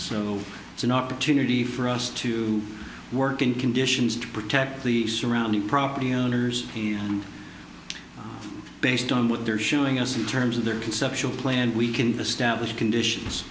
so it's an opportunity for us to work in conditions to protect the surrounding property owners and based on what they're showing us in terms of their conceptual play and we can establish conditions